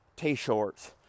t-shirts